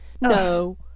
No